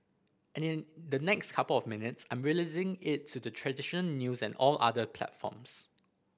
and in the next couple of minutes I'm releasing it to the tradition news and all other platforms